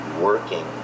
working